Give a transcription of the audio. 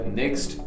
next